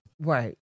Right